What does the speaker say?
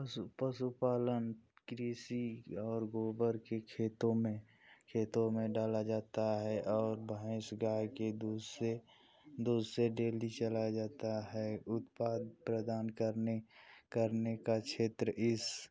पशु पशुपालन कृषि और गोबर के खेतो में खेतो में डाला जाता है और भैंस गाय के दूध से दूध से डेयरी चलाया जाता है उत्पाद प्रदान करने करने का क्षेत्र इस